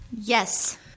Yes